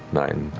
nine.